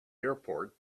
airport